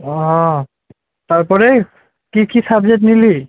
ও তারপরে কী কী সাবজেক্ট নিলি